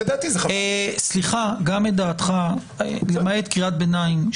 למעט קריאת ביניים,